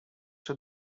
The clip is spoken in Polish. czy